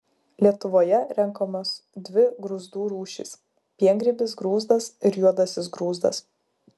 lietuvoje renkamos dvi grūzdų rūšys piengrybis grūzdas ir juodasis grūzdas